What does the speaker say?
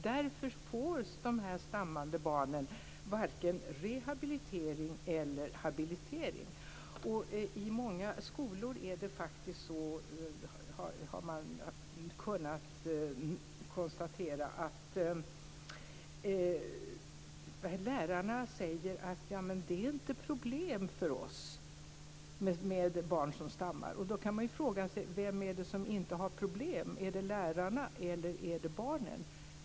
Därför får de stammande barnen varken rehabilitering eller habilitering. I många skolor är det faktiskt så, har man kunnat konstatera, att lärarna säger: Det är inte några problem för oss med barn som stammar. Då kan man fråga sig: Vem är det som inte har problem - är det lärarna eller är det barnen?